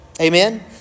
Amen